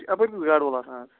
اَپٲر کُس گاڈٕ وول آسان آز